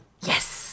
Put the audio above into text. Yes